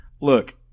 Look